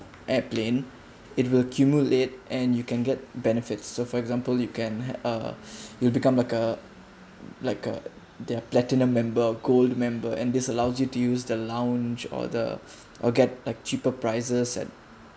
airplane it will accumulate and you can get benefits so for example you can uh you'll become like a like a their platinum member or gold member and this allows you to use the lounge or the or get like cheaper prices at